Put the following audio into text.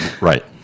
Right